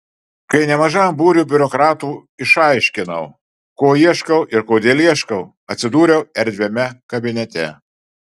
kai nemažam būriui biurokratų išaiškinau ko ieškau ir kodėl ieškau atsidūriau erdviame kabinete